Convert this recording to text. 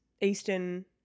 Eastern